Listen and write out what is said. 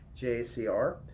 JACR